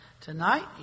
tonight